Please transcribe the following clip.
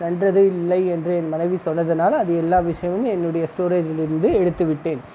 நன்றதே இல்லை என்று என் மனைவி சொன்னதனால் அது எல்லா விஷயமும் என்னுடைய ஸ்டோரேஜில் இருந்து எடுத்துவிட்டேன்